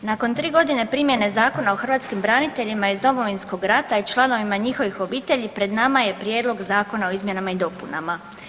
Nakon 3 godine primjene Zakona o hrvatskim braniteljima iz Domovinskog rata i članovima njihovih obitelji pred nama je Prijedlog zakona o izmjenama i dopunama.